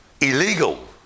illegal